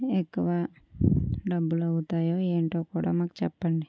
ఎక్కువ డబ్బులు అవుతాయో ఏంటో కూడా మాకు చెప్పండి